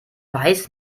weiß